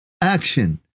action